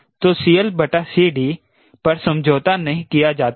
तो CLCD पर समझौता नहीं किया जाता है